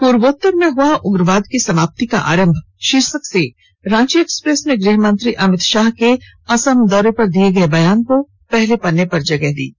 पूर्वोत्तर में हुआ उग्रवाद की समाप्ति का आरंभ शीर्षक से रांची एक्सप्रेस ने गृह मंत्री अमित शाह के असम दौरे में दिये गये बयान को पहले पेज पर जगह दी है